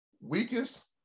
Weakest